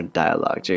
dialogue